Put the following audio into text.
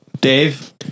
Dave